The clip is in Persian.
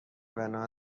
بنا